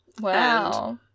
Wow